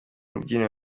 rubyiniro